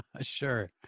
Sure